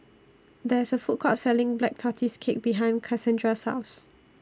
There IS A Food Court Selling Black Tortoise Cake behind Kasandra's House